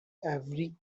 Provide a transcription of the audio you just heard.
every